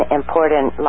important